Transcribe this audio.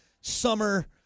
summer